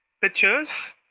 pictures